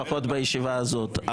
לפחות בישיבה הזאת.